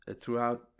throughout